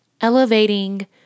elevating